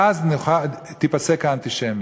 ואז תיפסק האנטישמיות.